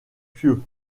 pieux